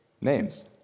names